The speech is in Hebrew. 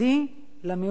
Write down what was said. למיעוט הערבי,